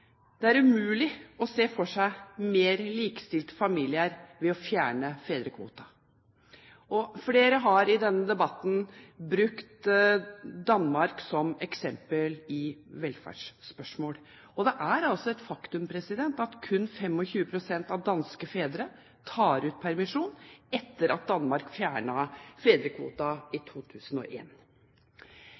Det er umulig å se for seg mer likestilte familier ved å fjerne fedrekvoten. Flere har i denne debatten brukt Danmark som eksempel i velferdsspørsmål. Det er altså et faktum at kun 25 pst. av danske fedre tar ut permisjon etter at Danmark fjernet fedrekvoten i